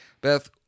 Beth